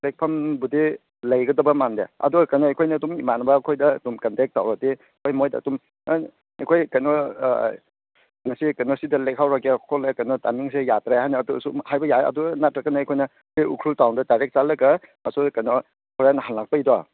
ꯂꯩꯐꯝꯕꯨꯗꯤ ꯂꯩꯒꯗꯕ ꯃꯥꯟꯗꯦ ꯑꯗꯣ ꯀꯩꯅꯣ ꯑꯩꯈꯣꯏꯅ ꯑꯗꯨꯝ ꯏꯃꯥꯟꯅꯕ ꯈꯣꯏꯗ ꯑꯗꯨꯝ ꯀꯟꯇꯦꯛ ꯇꯧꯔꯗꯤ ꯍꯣꯏ ꯃꯣꯏꯗ ꯑꯗꯨꯝ ꯑꯩꯈꯣꯏ ꯀꯩꯅꯣ ꯉꯁꯤ ꯀꯩꯅꯣ ꯁꯤꯗ ꯂꯦꯛꯍꯧꯔꯒꯦ ꯈꯣꯠꯂꯦ ꯀꯩꯅꯣ ꯇꯥꯏꯃꯤꯡꯁꯦ ꯌꯥꯗ꯭ꯔꯦ ꯍꯥꯏꯅ ꯑꯗꯨ ꯁꯨꯝ ꯍꯥꯏꯕ ꯌꯥꯏ ꯑꯗꯨ ꯅꯠꯇ꯭ꯔꯒꯅ ꯑꯩꯈꯣꯏꯅ ꯍꯦꯛ ꯎꯈ꯭ꯔꯨꯜ ꯇꯥꯎꯟꯗ ꯗꯥꯏꯔꯦꯛ ꯆꯠꯂꯒ ꯑꯁꯣꯏ ꯀꯩꯅꯣ ꯍꯣꯔꯦꯟ ꯍꯜꯂꯛꯄꯩꯗꯣ